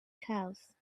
cause